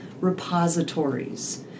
repositories